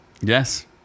Yes